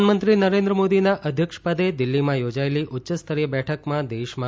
પ્રધાનમંત્રી નરેન્દ્ર મોદી ના અધ્યક્ષ પદે દિલ્હીમાં યોજાઇ રહેલી ઉચ્યસ્તરીય બેઠકમાં દેશમાં